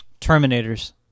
Terminators